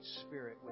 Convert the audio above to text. spirit